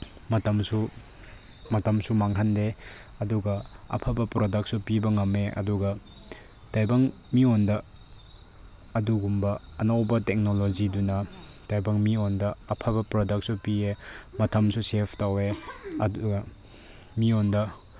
ꯃꯇꯝꯁꯨ ꯃꯇꯝꯁꯨ ꯃꯥꯡꯍꯟꯗꯦ ꯑꯗꯨꯒ ꯑꯐꯕ ꯄ꯭ꯔꯗꯛꯁꯨ ꯄꯤꯕ ꯉꯝꯃꯦ ꯑꯗꯨꯒ ꯇꯥꯏꯕꯪ ꯃꯤꯉꯣꯟꯗ ꯑꯗꯨꯒꯨꯝꯕ ꯑꯅꯧꯕ ꯇꯦꯛꯅꯣꯂꯣꯖꯤꯗꯨꯅ ꯇꯥꯏꯕꯪ ꯃꯤꯑꯣꯟꯗ ꯑꯐꯕ ꯄ꯭ꯔꯣꯗꯛꯁꯨ ꯄꯤꯌꯦ ꯃꯇꯝꯁꯨ ꯁꯦꯞ ꯇꯧꯏ ꯑꯗꯨꯒ ꯃꯤꯉꯣꯟꯗ